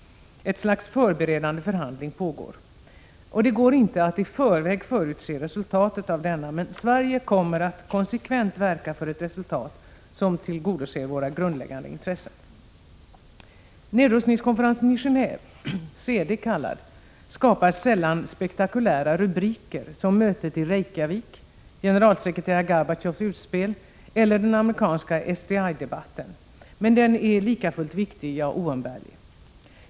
Ett slags förberedande förhandling pågår. Det går inte att i förväg förutse resultatet av denna. Men Sverige kommer att konsekvent verka för ett resultat som tillgodoser våra grundläggande intressen. Nedrustningskonferensen i Geheve, CD kallad, skapar sällan spektakulära rubriker — som mötet i Reykjavik, generalsekreterare Gorbatjovs utspel eller den amerikanska SDI-debatten. Men den är likafullt viktig, ja, oumbärlig.